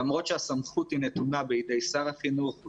למרות שהסמכות היא נתונה בידי שר החינוך,